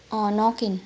अँ नकिन्